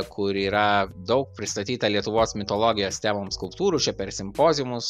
kur yra daug pristatyta lietuvos mitologijos temom skulptūrų čia per simpoziumus